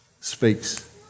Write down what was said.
speaks